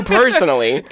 personally